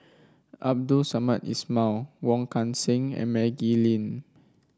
Abdul Samad Ismail Wong Kan Seng and Maggie Lim